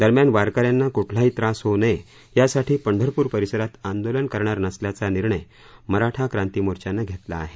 दरम्यान वारकऱ्यांना कुठलाही त्रास होऊ नये यासाठी पंढरपूर परिसरात आंदोलन करणार नसल्याचा निर्णय मराठा क्रांती मोर्चानं घेतला आहे